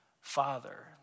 Father